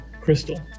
crystal